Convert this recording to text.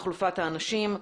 ותחלופת האנשים.